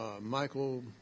Michael